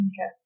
Okay